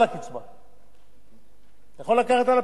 אתה יכול לקחת על הפיצויים את המקסימום שאתה חושב